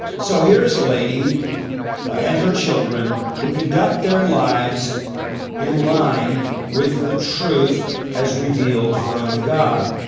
so here is a lady and her children who conduct their lives in line with the truth as revealed from god.